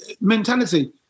mentality